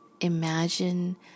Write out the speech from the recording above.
imagine